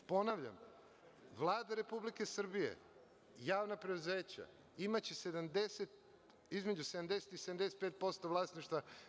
Ponavljam, Vlada Republike Srbije i javna preduzeća imaće između 70% i 75% vlasništva.